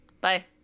Bye